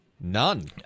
none